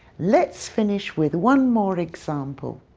let's finish with one more example.